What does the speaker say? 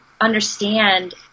understand